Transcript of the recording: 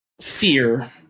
fear